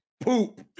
poop